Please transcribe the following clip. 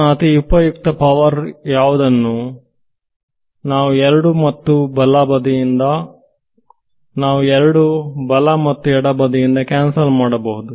ನ ಅತಿ ಉಪಯುಕ್ತ ಪವರ್ ಯಾವುದನ್ನು ನಾವು ಎರಡು ಬಲ ಮತ್ತು ಎಡ ಬದಿಯಿಂದ ಕ್ಯಾನ್ಸಲ್ ಮಾಡಬಹುದು